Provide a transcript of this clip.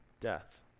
death